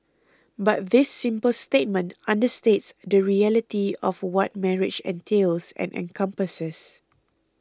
but this simple statement understates the reality of what marriage entails and encompasses